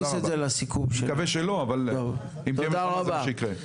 אני מקווה שלא, אבל אם תהיה מלחמה זה מה שיקרה.